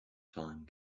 time